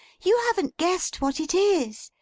you haven't guessed what it is.